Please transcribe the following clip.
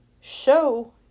show